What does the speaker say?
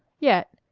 yet,